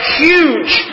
huge